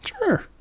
sure